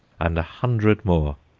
and a hundred more,